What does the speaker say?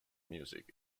music